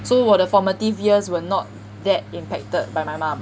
so 我的 formative years were not that impacted by my mum